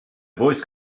voice